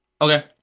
Okay